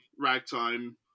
Ragtime